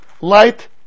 light